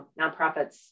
nonprofits